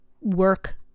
work